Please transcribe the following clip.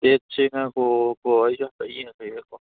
ꯗꯦꯗꯁꯤ ꯉꯥꯔꯥꯡ